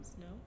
No